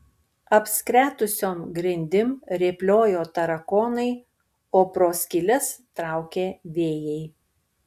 apskretusiom grindim rėpliojo tarakonai o pro skyles traukė vėjai